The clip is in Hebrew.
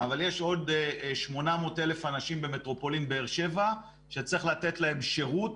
אבל יש עוד 800 אלף אנשים במטרופולין באר שבע שצריך לתת להם שירות,